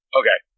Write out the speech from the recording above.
okay